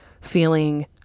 feeling